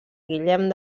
guillem